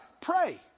Pray